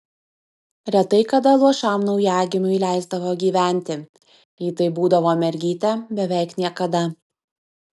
retai kada luošam naujagimiui leisdavo gyventi jei tai būdavo mergytė beveik niekada